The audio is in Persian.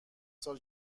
سال